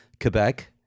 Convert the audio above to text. Quebec